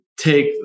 take